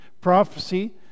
Prophecy